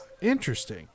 Interesting